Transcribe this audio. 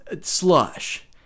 Slush